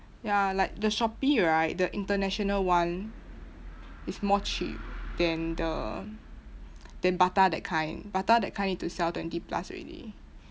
ya like the shopee right the international one is more cheap than the than bata that kind bata that kind need to sell twenty plus already